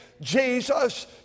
Jesus